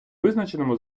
визначеному